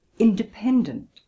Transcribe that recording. independent